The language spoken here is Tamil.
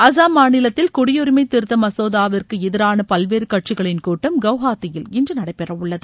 அசாம் மாநிலத்தில் குடியுரிமை திருத்த மசோதாவிற்கு எதிரான பல்வேறு கட்சிகளின் கூட்டம் குவஹாத்தில் இன்று நடைபெறவுள்ளது